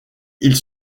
ils